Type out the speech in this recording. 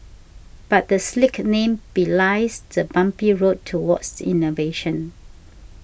but the slick name belies the bumpy road towards innovation